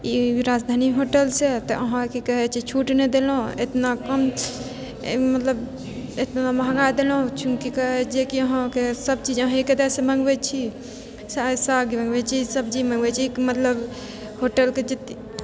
ई राजधानी होटलसँ तऽ अहाँ की कहैत छै छूट नहि देलहुँ एतना कम मतलब एतना महँगा देलहुँ की कहैत छै जे कि अहाँके सभचीज अहाँके ओतयसँ मँगबैत छी साग मँगबैत सब्जी मँगबैत छी मतलब होटलके जतेक